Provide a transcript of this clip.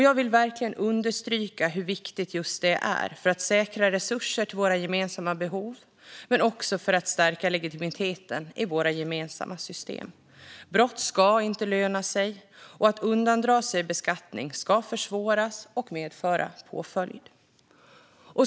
Jag vill verkligen understryka hur viktigt just detta är för att säkra resurser till våra gemensamma behov men också för att stärka legitimiteten i våra gemensamma system. Brott ska inte löna sig, och att undandra sig beskattning ska försvåras och medföra påföljd.